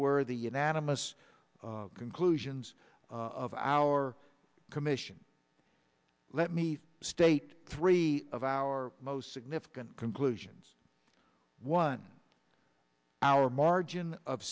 were the unanimous conclusions of our commission let me state three of our most significant conclusions one our margin of